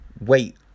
Wait